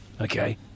okay